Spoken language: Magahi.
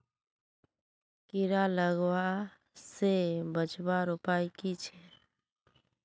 कीड़ा लगवा से बचवार उपाय की छे?